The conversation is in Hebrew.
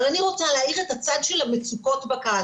אבל אני רוצה רגע להאיר את הצד של המצוקות בקהל.